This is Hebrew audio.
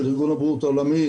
של ארגון הבריאות העולמי,